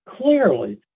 Clearly